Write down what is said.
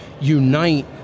unite